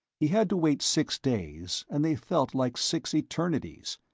he had to wait six days, and they felt like six eternities.